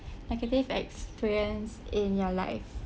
negative experience in your life